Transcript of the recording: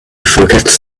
forgets